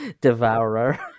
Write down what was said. Devourer